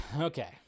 okay